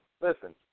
listen